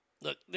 Look